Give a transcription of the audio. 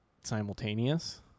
simultaneous